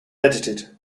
edited